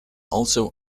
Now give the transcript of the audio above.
also